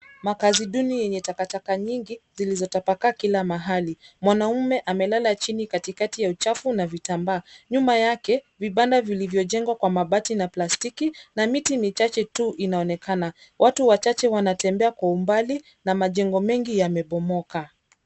Makaazi duni yenye takataka nyingi zilizotapakaa kila mahali. Mwanaume amelala chini katikati ya uchafu na vitambaa. Nyuma yake vibanda vilivyojengwa kwa mabati na plastiki na miti michache tu inaonekana. Watu wachache wanatembea kwa umbali na majengo mengi yamebomoka.